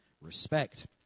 respect